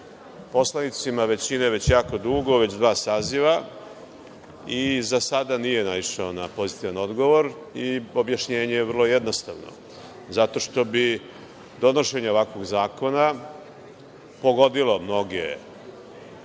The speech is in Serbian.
poslanicima većine već jako dugo, već dva saziva i za sada nije naišao na pozitivan odgovor i objašnjenje je vrlo jednostavno. Zato što bi donošenje ovakvog zakona pogodilo mnoge